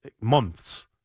months